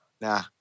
Nah